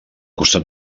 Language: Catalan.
costat